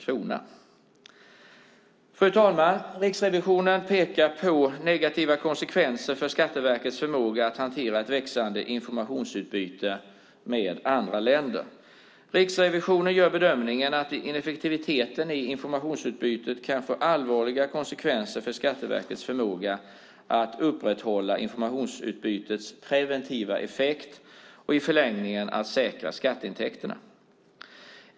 Fru talman! Riksrevisionen pekar på negativa konsekvenser för Skatteverkets förmåga att hantera ett växande informationsutbyte med andra länder. Riksrevisionen gör bedömningen att ineffektiviteten i informationsutbytet kan få allvarliga konsekvenser för Skatteverkets förmåga att upprätthålla informationsutbytets preventiva effekt och i förlängningen att säkra skatteintäkterna.